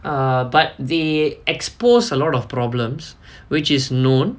err but they exposed a lot of problems which is known